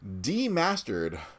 demastered